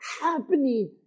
happening